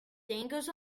dangles